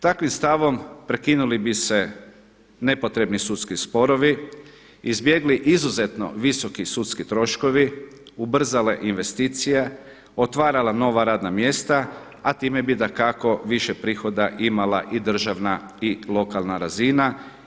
Takvim stavom prekinuli bi se nepotrebni sudski sporovi, izbjegli izuzetno visoki sudski troškovi, ubrzale investicije, otvarala nova radna mjesta, a time bi dakako više prihoda imala i državna i lokalna razina.